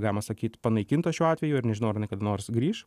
galima sakyt panaikinta šiuo atveju ir nežinau ar kada nors grįš